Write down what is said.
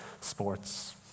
sports